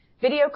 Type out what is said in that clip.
Video